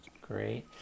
Great